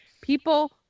People